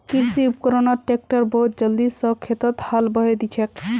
कृषि उपकरणत ट्रैक्टर बहुत जल्दी स खेतत हाल बहें दिछेक